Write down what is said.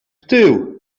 tył